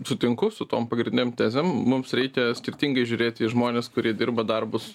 sutinku su tom pagrindinėm tezėm mums reikia skirtingai žiūrėti į žmones kurie dirba darbus